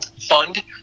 fund